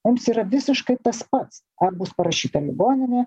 mums yra visiškai tas pats ar bus parašyta ligoninė